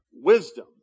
wisdom